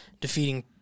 defeating